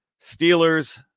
Steelers